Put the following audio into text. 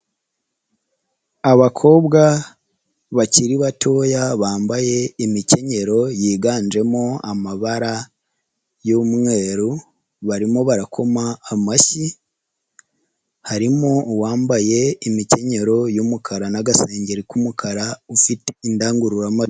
Abakobwa bakiri batoya bambaye imikenyero yiganjemo amabara y'umweru barimo barakoma amashyi harimo uwambaye imikenyero y'umukara n'agasengeri k'umukara ufite indangururamajwi.